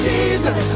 Jesus